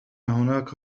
هناك